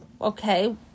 Okay